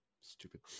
stupid